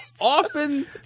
often